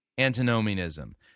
antinomianism